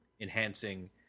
enhancing